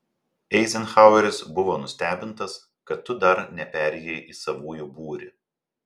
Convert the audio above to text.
eizenhaueris buvo nustebintas kad tu dar neperėjai į savųjų būrį